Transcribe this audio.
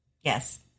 Yes